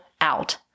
out